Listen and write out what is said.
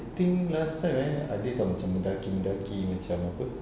I think last time eh ada [tau] macam Mendaki Mendaki macam apa